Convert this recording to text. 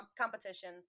competition